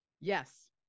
Yes